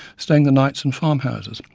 staying the nights in farmhouses,